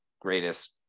greatest